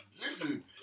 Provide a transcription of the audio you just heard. Listen